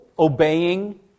obeying